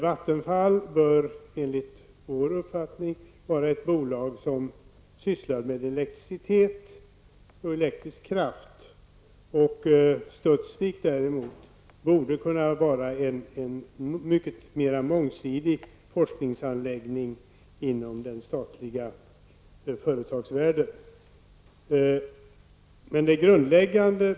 Vattenfall bör enligt vår uppfattning vara ett bolag som sysslar med elektricitet och elektrisk kraft. Studsvik däremot borde kunna var en mycket mera mångsidig forskningsanläggning inom den statliga företagsvärlden.